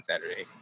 Saturday